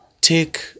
take